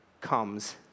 comes